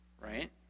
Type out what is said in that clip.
right